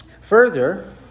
Further